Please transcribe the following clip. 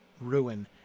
ruin